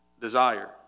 desire